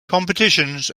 competitions